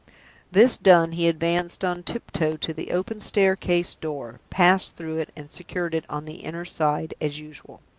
this done, he advanced on tiptoe to the open staircase door, passed through it, and secured it on the inner side as usual.